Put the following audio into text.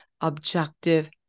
objective